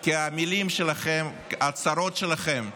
כי המילים וההצהרות שלכם,